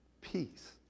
peace